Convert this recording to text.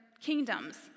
kingdoms